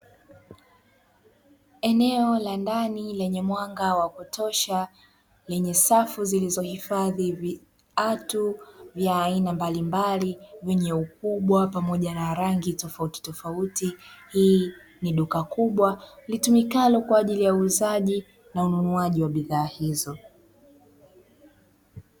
Eneo la ndani lenye mwanga wa kutosha lenye safu zilizo hifadhi viatu vya aina mbalimbali, zenye ukubwa pamoja na rangi tofautitofauti. Hii ni duka kubwa litumikalo kwa ajili ya uuzaji na ununuaji wa bidhaa hizo.